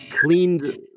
cleaned